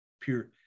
pure